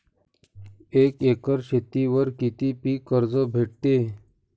एक एकर शेतीवर किती पीक कर्ज भेटते?